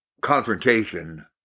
confrontation